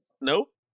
Nope